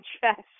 chest